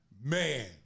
Man